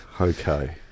Okay